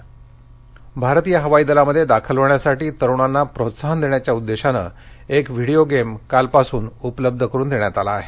video game भारतीय हवाई दलामध्ये दाखल होण्यासाठी तरूणांना प्रोत्साहन देण्याच्या उद्देशानं एक व्हिडिओ गेम कालपासून उपलब्ध करुन देण्यात आला आहे